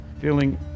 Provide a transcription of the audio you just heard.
feeling